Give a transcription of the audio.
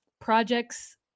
Projects